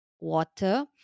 water